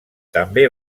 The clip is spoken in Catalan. també